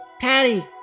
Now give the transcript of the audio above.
Patty